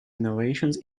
innovations